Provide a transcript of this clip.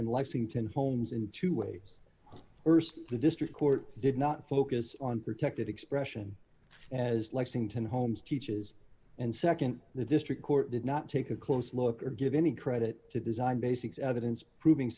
in lexington holmes in two waves st the district court did not focus on protected expression as lexington holmes teaches and nd the district court did not take a close look or give any credit to design basics evidence proving